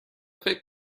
فکر